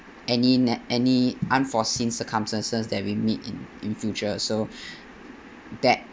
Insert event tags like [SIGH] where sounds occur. any any unforeseen circumstances that we meet in in future so [BREATH] that